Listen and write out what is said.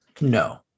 No